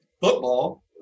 football